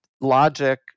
logic